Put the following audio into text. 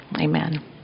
Amen